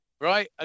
right